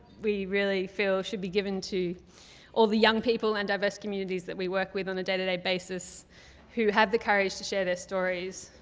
we really feel, should be given to all the young people and diverse communities that we work with on a day to day basis who have the courage to share their stories.